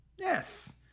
Yes